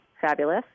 fabulous